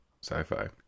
sci-fi